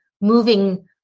moving